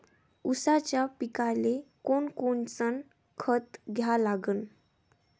ऊसाच्या पिकाले कोनकोनचं खत द्या लागन?